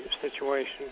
situation